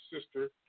sister